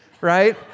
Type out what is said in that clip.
right